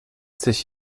sich